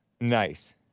Nice